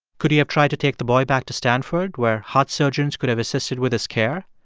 could he have tried to take the boy back to stanford where heart surgeons could have assisted with his care?